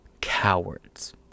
Cowards